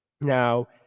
Now